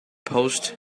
post